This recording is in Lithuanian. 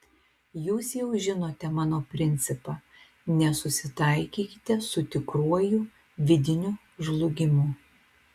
jūs jau žinote mano principą nesusitaikykite su tikruoju vidiniu žlugimu